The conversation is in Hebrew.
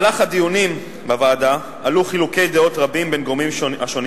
בדיונים בוועדה עלו חילוקי דעות רבים בין הגורמים השונים